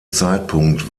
zeitpunkt